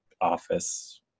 office